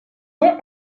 ont